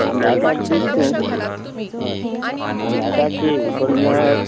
आंब्या साट दीत तूं हय आंब्या साट दी पूण